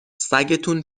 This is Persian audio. سگتون